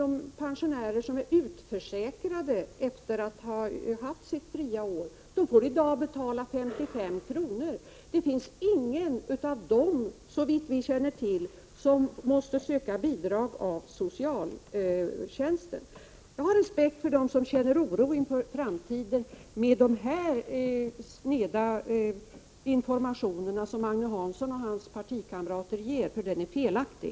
De pensionärer som är utförsäkrade efter att ha haft sitt fria år får i dag betala 55 kr., och det är ingen av dem, såvitt jag känner till, som måste söka bidrag av socialtjänsten. Jag har respekt för dem som känner oro inför framtiden, med den sneda information som Agne Hansson och hans partikamrater ger, eftersom den är felaktig.